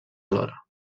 alhora